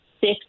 six